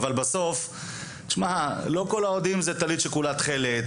אבל בסוף תשמע לא כל האוהדים זה טלית שכולה תכלת,